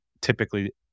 typically